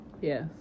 Yes